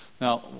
now